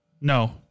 no